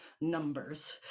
numbers